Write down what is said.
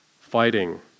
fighting